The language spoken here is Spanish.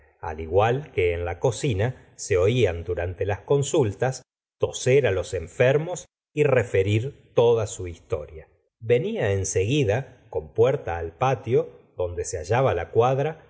al igual que en la cocina se oían durante las consultas toser á los enfermos y referir toda su historia venia en seguida con puerta al patio donde se hallaba la cuadra